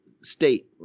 state